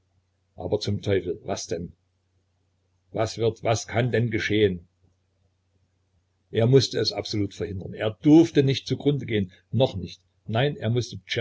aber zum teufel was denn was wird was kann denn geschehen er mußte es absolut verhindern er durfte nicht zu grunde gehen noch nicht nein er mußte